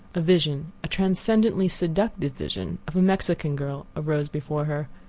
a vision a transcendently seductive vision of a mexican girl arose before her.